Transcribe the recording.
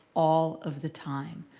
all of the time.